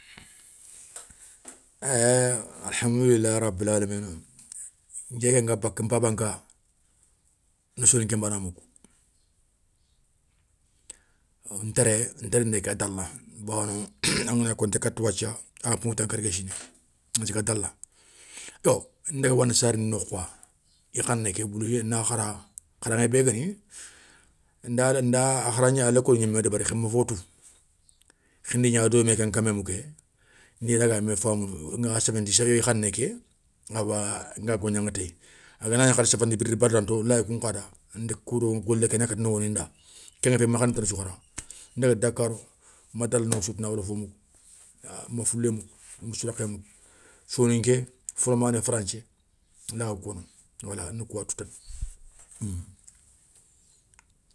alhamdoulilahi rabilalamina, nké nké nga baka npaba nka, na soninkén bana moukou ntéré ntéréndé ké a dala bawoni angana konté katta a yan pouŋou tankargué siné, wouthié ké a dala, yo ndaga wana sarani nokhouwa i khané ké obligé na khara, kharaŋé bé guéni, nda lécolou gnimé débéri khima fo tou, khi ndi gna domé nké kan meme ké, ndi raga mé famounou nga séféné ti séré khanéké, awa nga golgnaŋa téyi, a ganagni hari safandi birdi bardanto layi, kou nkhada kou do golé ké na kata nowoninda, kengafé ma khan tana sou khara. Ndaga dakarou ma dala no surtou na wolofo mougou, ma foulé mougou, ma sourakhé mougou, soninké folomané franthié lawa kono wala ni kouwa tou.